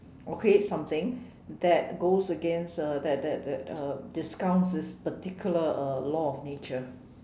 or create something that goes against uh that that that uh discounts this particular uh law of nature